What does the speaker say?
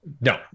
No